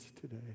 today